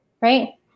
right